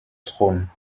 trône